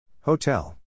Hotel